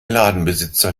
ladenbesitzer